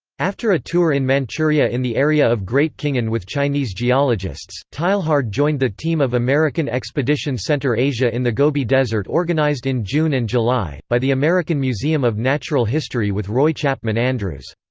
after a tour in manchuria in the area of great khingan with chinese geologists, teilhard joined the team of american expedition center-asia in the gobi desert organised in june and july, by the american museum of natural history with roy chapman andrews.